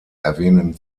erwähnen